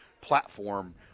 platform